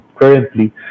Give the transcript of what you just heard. currently